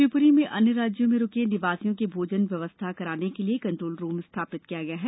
शिवप्री में अन्य राज्यों में रुके निवासियों के भोजन व्यवस्था कराने के लिए कंट्रोल रूम स्थापित किया गया है